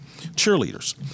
cheerleaders